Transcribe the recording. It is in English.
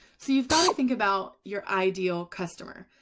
so you've got to think about your ideal customer.